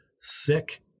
sick